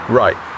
right